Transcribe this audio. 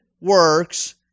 works